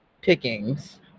Pickings